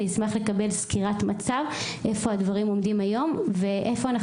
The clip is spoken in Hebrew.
אני אשמח לקבל סקירת מצב איפה הדברים עומדים היום ואיפה אנחנו